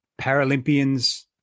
Paralympians